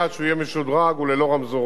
כל האזור הזה הולך,